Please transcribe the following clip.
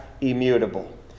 immutable